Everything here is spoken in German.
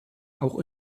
auch